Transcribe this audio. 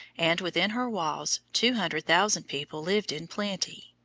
and within her walls, two hundred thousand people lived in plenty.